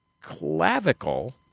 clavicle